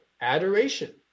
adoration